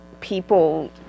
people